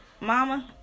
Mama